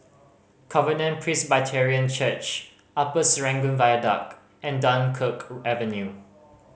Covenant Presbyterian Church Upper Serangoon Viaduct and Dunkirk Avenue